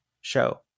show